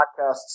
podcasts